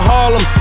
Harlem